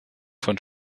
von